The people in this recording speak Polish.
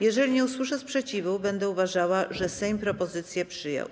Jeżeli nie usłyszę sprzeciwu, będę uważała, że Sejm propozycję przyjął.